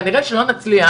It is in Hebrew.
כנראה לא נצליח